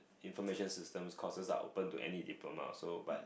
information systems courses are open to any diplomas also but